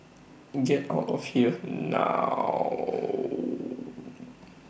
get out of here now